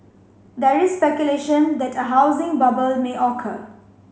there is speculation that a housing bubble may occur